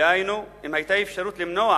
דהיינו, אם היתה אפשרות למנוע